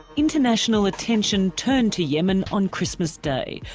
international attention turned to yemen on christmas day,